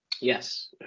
Yes